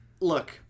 Look